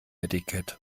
etikett